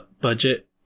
budget